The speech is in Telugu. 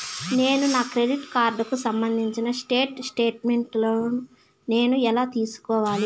నేను నా క్రెడిట్ కార్డుకు సంబంధించిన స్టేట్ స్టేట్మెంట్ నేను ఎలా తీసుకోవాలి?